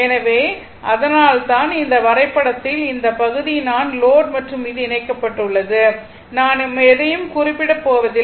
எனவே அதனால்தான் இந்த வரைபடத்தில் இந்த பகுதி தான் லோட் மற்றும் இது இணைக்கப்பட்டுள்ளது நாம் எதையும் குறிப்பிட போவதில்லை